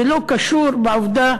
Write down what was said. זה לא קשור בעובדה